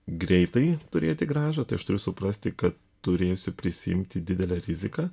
greitai turėti grąžą tai aš turiu suprasti kad turėsiu prisiimti didelę riziką